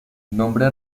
nombre